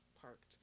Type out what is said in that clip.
parked